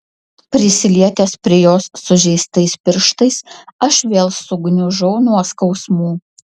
prisilietęs prie jos sužeistais pirštais aš vėl sugniužau nuo skausmų